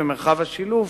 מרחב השילוב,